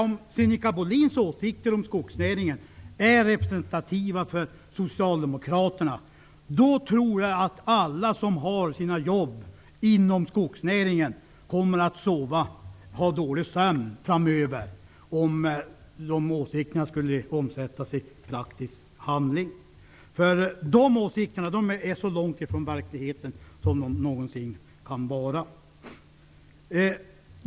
Om Sinikka Bohlins åsikter om skogsnäringen är representativa för Socialdemokraterna tror jag att alla som har sina jobb inom skognäringen kommer att ha dålig sömn framöver inför tanken att de åsikterna skulle omsättas i praktisk handling. De åsikterna är så långt från verkligheten som de någonsin kan vara.